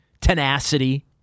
tenacity